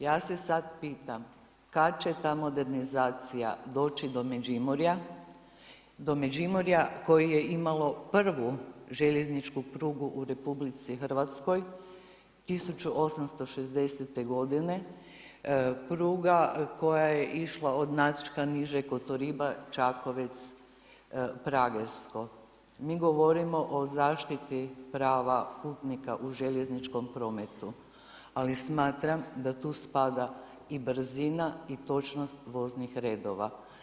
Ja se sad pitam kad će ta modernizacija doći do Međimurja, do Međimurja koje je imalo prvu željezničku prugu u RH 1860. godine, pruga koja je išla od … Kotoriba-Čakovec… Mi govorimo o zaštiti prava putnika u željezničkom prometu ali smatram da tu spada i brzina i točnost voznih redova.